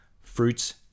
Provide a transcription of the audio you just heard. fruits